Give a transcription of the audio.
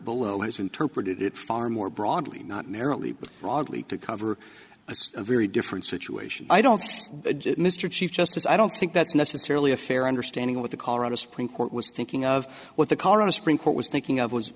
below is interpreted it far more broadly not merely broadly to cover a very different situation i don't mr chief justice i don't think that's necessarily a fair understanding of what the colorado supreme court was thinking of what the current a supreme court was thinking of was